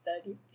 study